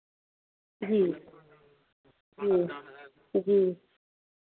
जी जी जी